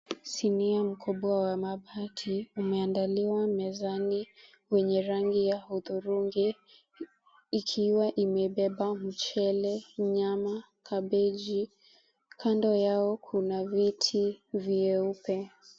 Sinia mkubwa wa mabati umeandaliwa mezani wenye rangi ya hudhurungi, ikiwa imebeba mchele, nyama, kabeji. Kando yao kuna viti vyeupe.